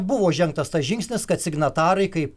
buvo žengtas tas žingsnis kad signatarai kaip